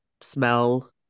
smell